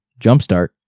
Jumpstart